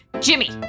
Jimmy